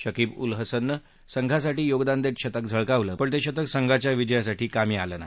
शकीब अल हसनने संघासाठी योगदान देत शतक झळकावलं पण ते शतक संघाच्या विजयासाठी कामी आलं नाही